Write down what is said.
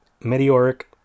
meteoric